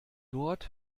dort